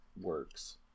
works